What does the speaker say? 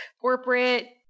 corporate